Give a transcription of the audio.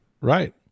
Right